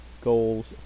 goals